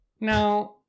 Now